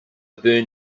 burnt